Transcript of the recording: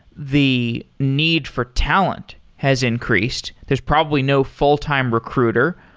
the need for talent has increased. there's probably no full-time recruiter.